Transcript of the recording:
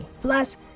Plus